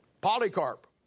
Polycarp